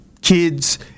kids